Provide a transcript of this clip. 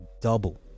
double